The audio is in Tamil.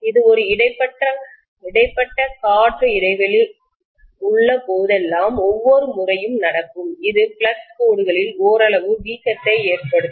இது ஒரு இடைப்பட்ட காற்று இடைவெளி உள்ள போதெல்லாம் ஒவ்வொரு முறையும் நடக்கும் இது ஃப்ளக்ஸ் கோடுகளில் ஓரளவு வீக்கத்தை ஏற்படுத்தும்